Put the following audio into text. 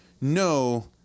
no